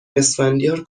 اسفندیار